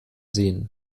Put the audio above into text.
sehen